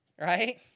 right